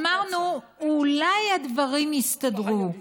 אמרנו: אולי הדברים יסתדרו